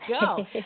go